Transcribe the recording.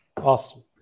awesome